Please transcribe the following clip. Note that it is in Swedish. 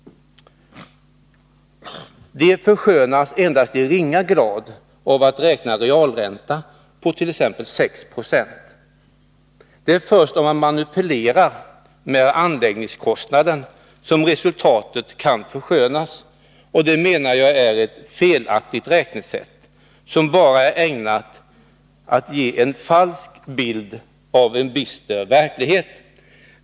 De förskönas endast i ringa grad av att räkna realränta på t.ex. 6 20. Det är först om man manipulerar med anläggningskostnaden som resultaten kan förskönas, och det menar jag är ett felaktigt räknesätt, som bara är ägnat att ge en falsk bild av en bister verklighet.